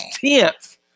tenth